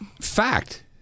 Fact